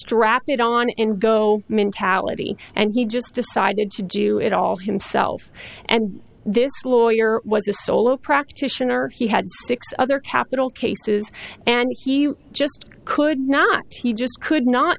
strap it on in go mentality and he just decided to do it all himself and this lawyer was a solo practitioner he had six other capital cases and he just could not he just could not